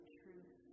truth